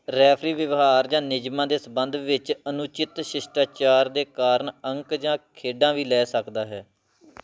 referee ਵਿਵਹਾਰ ਜਾਂ ਨਿਯਮਾਂ ਦੇ ਸੰਬੰਧ ਵਿੱਚ ਅਨੁਚਿਤ ਸ਼ਿਸ਼ਟਾਚਾਰ ਦੇ ਕਾਰਨ ਅੰਕ ਜਾਂ ਖੇਡਾਂ ਵੀ ਲੈ ਸਕਦਾ ਹੈ